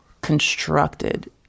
constructed